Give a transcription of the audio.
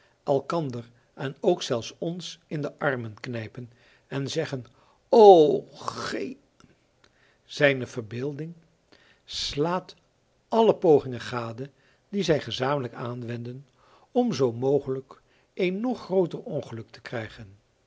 elkander en ook zelfs ons in de armen knijpen en zeggen o g zijne verbeelding slaat alle pogingen gade die zij gezamenlijk aanwenden om zoo mogelijk een nog grooter ongeluk te krijgen